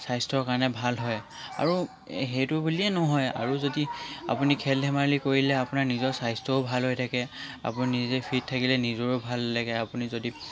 স্বাস্থ্যৰ কাৰণে ভাল হয় আৰু সেইটো বুলিয়েই নহয় আৰু যদি আপুনি খেল ধেমালি কৰিলে আপোনাৰ নিজৰ স্বাস্থ্যও ভাল হৈ থাকে আপুনি নিজে ফিট থাকিলে নিজৰো ভাল লাগে আপুনি যদি